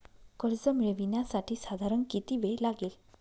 कर्ज मिळविण्यासाठी साधारण किती वेळ लागेल?